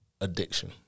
addiction